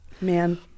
Man